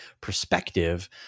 perspective